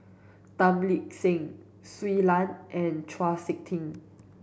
Tan Lip Seng Shui Lan and Chau Sik Ting